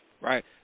right